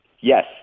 yes